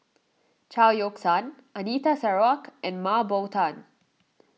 Chao Yoke San Anita Sarawak and Mah Bow Tan